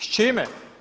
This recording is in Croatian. S čime?